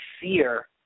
fear